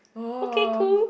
okay cool